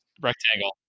rectangle